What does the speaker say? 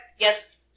yes